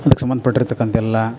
ಅದಕ್ಕೆ ಸಂಬಂಧಪಟ್ಟಿರ್ತಕ್ಕಂತ ಎಲ್ಲ